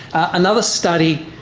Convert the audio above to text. another study